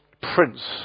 prince